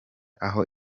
aho